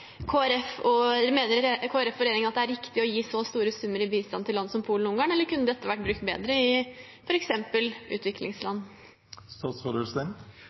mener Kristelig Folkeparti og regjeringen at det er riktig å gi så store summer i bistand til land som Polen og Ungarn, eller kunne dette vært brukt bedre, i